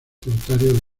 tributario